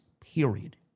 period